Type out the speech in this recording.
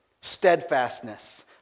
Steadfastness